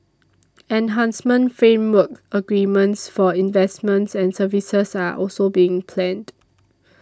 enhancement framework agreements for investments and services are also being planned